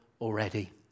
already